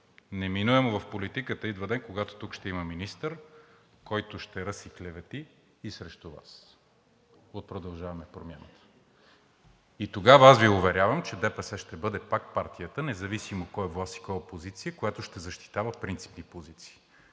неминуемо в политиката идва ден, когато тук ще има министър, който ще ръси клевети срещу Вас – от „Продължаваме Промяната“, и тогава аз Ви уверявам, че ДПС ще бъде пак партията – независимо кой е на власт и кой е в опозиция, която ще защитава принципните позиции.